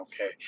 Okay